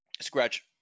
scratch